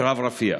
"קרב רפיח",